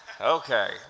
Okay